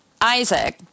Isaac